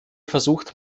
versucht